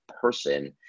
person